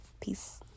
Peace